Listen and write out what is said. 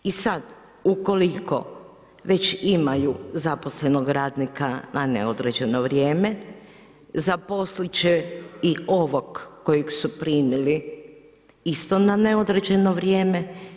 I sad ukoliko već imaju zaposlenog radnika na neodređeno vrijeme, zaposlit će i ovog kojeg su primili isto na neodređeno vrijeme.